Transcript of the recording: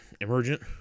emergent